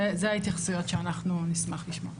זה ההתייחסויות שאנחנו נשמח לשמוע.